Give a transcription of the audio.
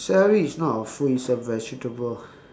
celery is not a food it's a vegetable